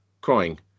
crying